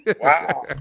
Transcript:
Wow